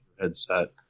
Headset